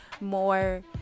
more